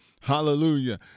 Hallelujah